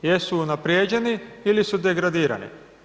Jesu li unaprijeđeni ili su degradirani?